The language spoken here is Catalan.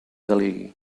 delegui